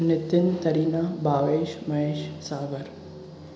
Nitin Kareena Bhavesh Mahesh Sagar